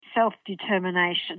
Self-determination